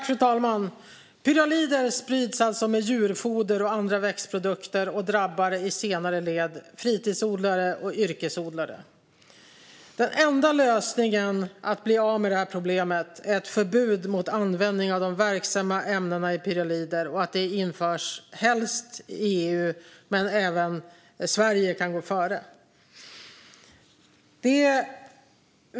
Fru talman! Pyralider sprids alltså med djurfoder och andra växtprodukter och drabbar i senare led fritidsodlare och yrkesodlare. Den enda lösningen för att bli av med det här problemet är ett förbud mot användning av de verksamma ämnena i pyralider och att det helst införs i EU, men Sverige kan gå före.